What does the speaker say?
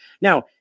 Now